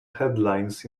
headlines